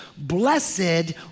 Blessed